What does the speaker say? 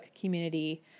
community